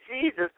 Jesus